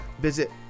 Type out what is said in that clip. Visit